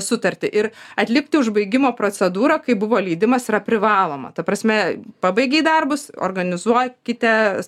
sutartį ir atlikti užbaigimo procedūrą kai buvo leidimas yra privaloma ta prasme pabaigei darbus organizuokite